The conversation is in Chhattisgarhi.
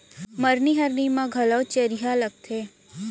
मरनी हरनी म घलौ चरिहा लागथे